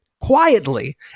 quietly